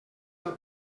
del